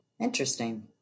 interesting